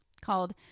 called